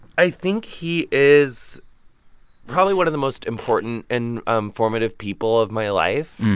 i think he is probably one of the most important and um formative people of my life.